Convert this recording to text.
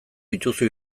dituzu